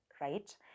right